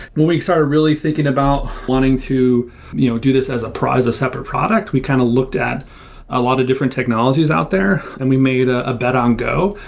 we started really thinking about wanting to you know do this as a separate product. we kind of looked at a lot of different technologies out there and we made ah a bet on go.